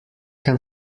can